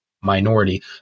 minority